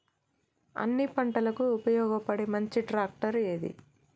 అన్ని పంటలకు ఉపయోగపడే మంచి ట్రాక్టర్ ఏది?